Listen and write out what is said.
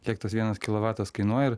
kiek tas vienas kilovatas kainuoja ir